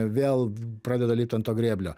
vėl pradeda lipt ant to grėblio